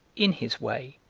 in his way,